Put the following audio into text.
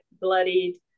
bloodied